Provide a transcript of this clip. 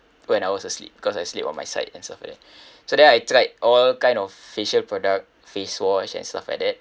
when I was asleep because I sleep on my side and stuff like that so then I tried all kind of facial product face wash and stuff like that